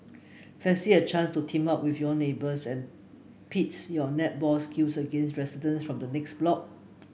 fancy a chance to team up with your neighbours and pits your netball skills against resident from the next block